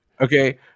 Okay